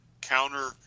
counter